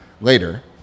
later